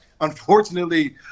Unfortunately